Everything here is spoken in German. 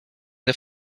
der